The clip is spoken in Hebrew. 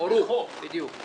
הורו, בדיוק.